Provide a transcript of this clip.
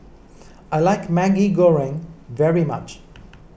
I like Maggi Goreng very much